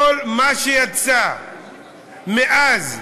כל מה שיצא מאז,